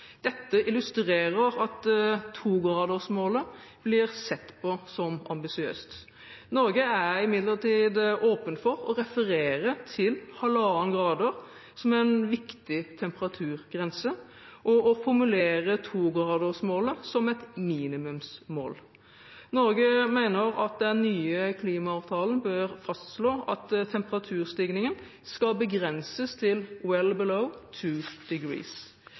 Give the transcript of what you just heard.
Dette illustrerer at 2-gradersmålet blir sett på som ambisiøst. Norge er imidlertid åpen for å referere til 1,5 grader som en viktig temperaturgrense og å formulere 2-gradersmålet som et minimumsmål. Norge mener at den nye klimaavtalen bør fastslå at temperaturstigningen skal begrenses til «well below 2 degrees».